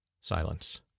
Silence